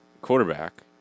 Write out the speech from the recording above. quarterback